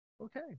okay